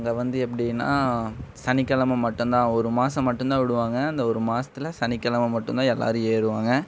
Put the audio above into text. அங்கே வந்து எப்படினா சனிக்கிழமை மட்டும்தான் ஒரு மாதம் மட்டும்தான் விடுவாங்க அந்த ஒரு மாசத்தில் சனிக்கிழமை மட்டும்தான் எல்லோரும் ஏறுவாங்க